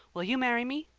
will you marry me?